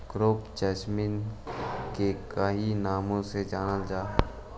crepe jasmine के कईक नाम से जानलजा हइ